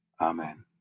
Amen